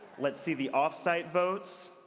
let's see the off-site votes.